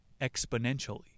exponentially